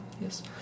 yes